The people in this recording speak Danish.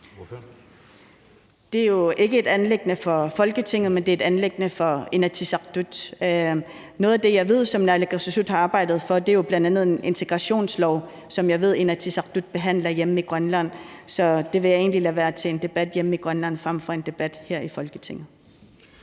Det er jo ikke et anliggende for Folketinget, men for Inatsisartut. Noget, jeg ved at naalakkersuisut har arbejdet for, er bl.a. en integrationslov, som jeg ved at Inatsisartut behandler hjemme i Grønland, så det vil jeg egentlig lade være op til en debat hjemme i Grønland frem for her i Folketinget.